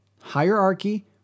Hierarchy